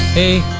a